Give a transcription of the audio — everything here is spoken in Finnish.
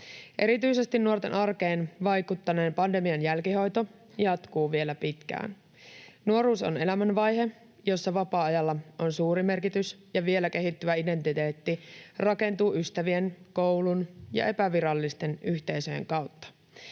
Erityisesti nuorten arkeen vaikuttaneen pandemian jälkihoito jatkuu vielä pitkään. Nuoruus on elämänvaihe, jossa vapaa-ajalla on suuri merkitys ja vielä kehittyvä identiteetti rakentuu ystävien, koulun ja epävirallisten yhteisöjen kautta.